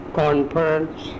conference